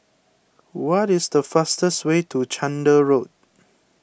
what is the fastest way to Chander Road